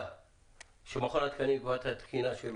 קבעה שמכון התקנים יקבע את התקינה שלו,